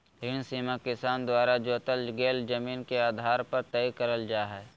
ऋण सीमा किसान द्वारा जोतल गेल जमीन के आधार पर तय करल जा हई